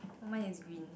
oh mine is green